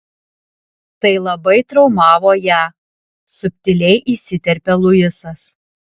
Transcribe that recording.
tai labai traumavo ją subtiliai įsiterpia luisas